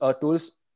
tools